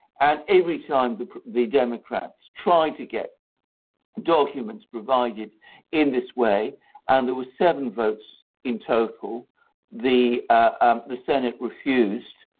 and every time the the democrats tried to get documents provided in this way and there were seven votes in total the ah the senate refused,